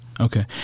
Okay